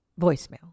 voicemail